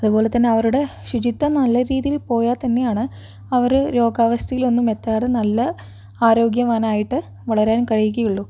അതുപോലെ തന്നെ അവരുടെ ശുചിത്വം നല്ല രീതിയിൽ പോയാൽ തന്നെയാണ് അവര് രോഗാവസ്ഥയിൽ ഒന്നും എത്താതെ നല്ല ആരോഗ്യവാനായിട്ട് വളരാൻ കഴിയുകയുള്ളു